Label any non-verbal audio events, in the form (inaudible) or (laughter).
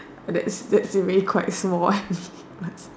that's that's really quite small (laughs)